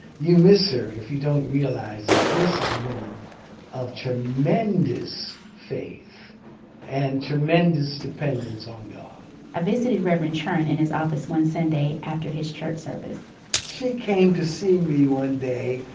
you miss her. if you don't realize that this is a woman of tremendous faith and tremendous dependence on god i visited reverend churn in his office one sunday after his church service she came to see me one day.